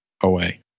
away